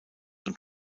und